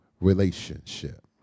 relationship